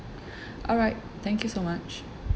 alright thank you so much